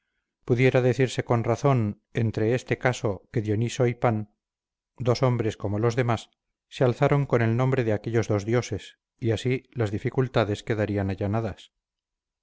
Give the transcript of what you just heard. pudiera decirse con razón en esto caso que dioniso y pan dos hombres como los demás se alzaron con el nombre de aquellos dos dioses y así las dificultades quedarían allanadas